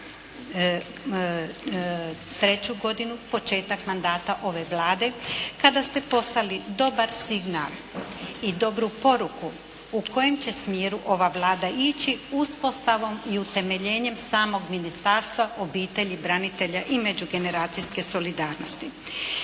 2003. godinu, početak mandata ove Vlade kada ste poslali dobar signal i dobru poruku u kojem će smjeru ova Vlada ići uspostavom i utemeljenjem samog Ministarstva, obitelji, branitelja i međugeneracijske solidarnosti.